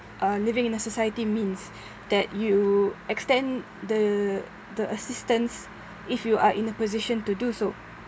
uh living in the society means that you extend the the assistance if you are in a position to do so